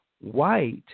White